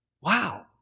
Wow